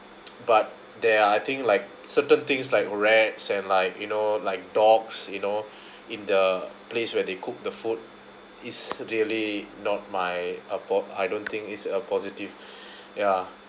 but there are I think like certain things like rats and like you know like dogs you know in the place where they cook the food is really not my a po~ I don't think is a positive ya